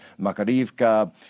Makarivka